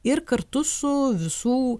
ir kartu su visų